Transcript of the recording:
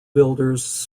builders